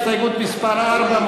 הסתייגות מס' 4,